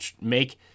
make